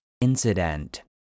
incident